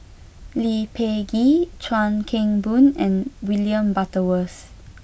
Lee Peh Gee Chuan Keng Boon and William Butterworth